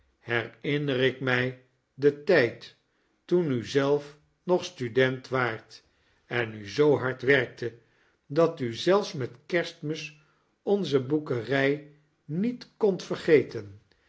herinner ik mij den tijd toen u zelf nog student waart en u zoo hard werkt dat u zelfs met kerstmis onze boekerij niet kondt vergeten